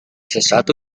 sesuatu